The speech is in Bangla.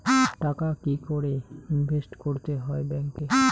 টাকা কি করে ইনভেস্ট করতে হয় ব্যাংক এ?